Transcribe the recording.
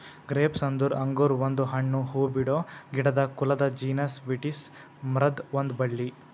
grapes ಅಂದುರ್ ಅಂಗುರ್ ಒಂದು ಹಣ್ಣು, ಹೂಬಿಡೋ ಗಿಡದ ಕುಲದ ಜೀನಸ್ ವಿಟಿಸ್ ಮರುದ್ ಒಂದ್ ಬಳ್ಳಿ